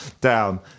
down